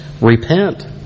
Repent